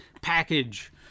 package